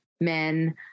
men